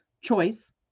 Choice